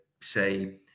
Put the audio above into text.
say